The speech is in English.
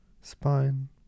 spine